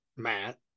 matt